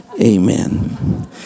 amen